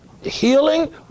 healing